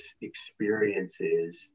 experiences